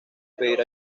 pedir